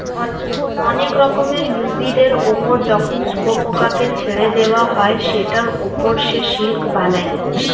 অনেক রকমের উভিদের ওপর যখন শুয়োপোকাকে ছেড়ে দেওয়া হয় সেটার ওপর সে সিল্ক বানায়